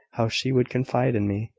how she would confide in me,